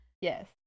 Yes